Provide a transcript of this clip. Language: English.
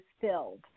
filled